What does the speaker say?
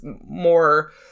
more